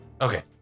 Okay